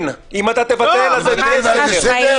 כן, אם אתה תבטל, יהיה סדר.